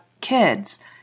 kids